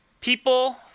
People